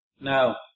Now